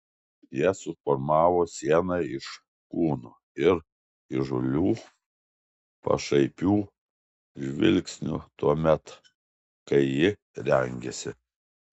jie suformavo sieną iš kūnų ir įžūlių pašaipių žvilgsnių tuomet kai ji rengėsi